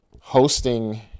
hosting